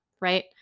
right